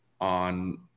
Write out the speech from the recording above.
on